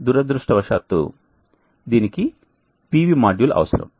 కాని దురదృష్టవశాత్తు దీనికి PV మాడ్యూల్ అవసరం